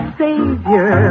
savior